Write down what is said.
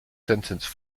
sentenced